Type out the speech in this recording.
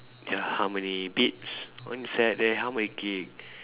there are how many bits one set then how many GB